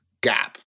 gap